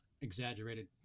exaggerated